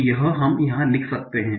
तो यह हम यहां लिख सकते हैं